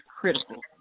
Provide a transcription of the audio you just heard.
critical